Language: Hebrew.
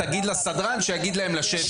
תגיד לסדרן שיגיד להם לשבת.